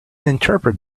interpret